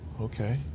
Okay